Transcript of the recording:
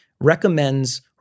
recommends